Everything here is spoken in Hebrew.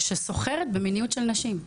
שסוחרת במיניות של נשים.